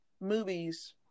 movies